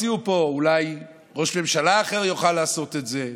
הציעו פה: אולי ראש ממשלה אחר יוכל לעשות את זה,